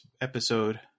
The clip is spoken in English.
episode